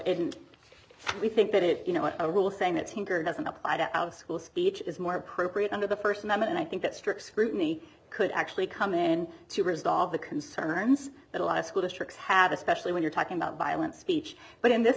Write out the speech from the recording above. it we think that it you know a rule saying that doesn't apply to our school speech is more appropriate under the st member and i think that strict scrutiny could actually come in to resolve the concerns that a lot of school districts have especially when you're talking about violent speech but in this